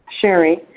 sherry